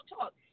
talk